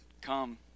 come